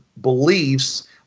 beliefs